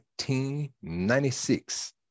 1996